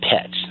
pets